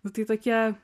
nu tai tokie